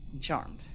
Charmed